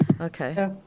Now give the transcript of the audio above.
Okay